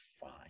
fine